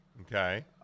Okay